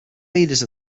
leaders